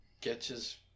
catches